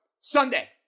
Sunday